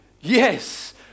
Yes